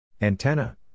Antenna